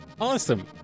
awesome